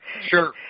Sure